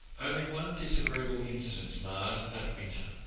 only one disagreeable incident marred that winter.